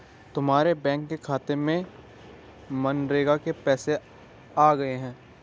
तुम्हारे बैंक के खाते में मनरेगा के पैसे आ गए हैं